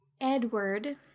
Edward